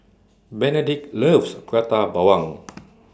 Benedict loves Prata Bawang